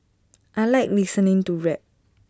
I Like listening to rap